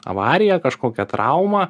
avariją kažkokią traumą